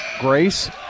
Grace